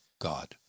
god